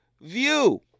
view